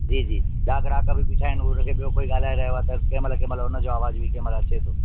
जी जी ॿिया ग्राहक बि ॿिठा आहिनि उन खे ॿियो कोई ॻाल्हाए रहियो आहे त केमहिल केमहिल उन जो आवाज़ बि केमाल्हि अचे थो